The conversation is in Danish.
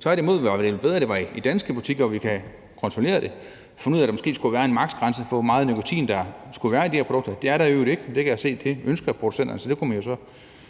Tværtimod var det vel bedre, at det var i danske butikker, hvor vi kan kontrollere det – og måske finde ud af, at der skal være en maks. grænse for, hvor meget nikotin der skal være i de her produkter. Det er der i øvrigt ikke, og det kan jeg se at producenterne ønsker, så